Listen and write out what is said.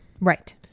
right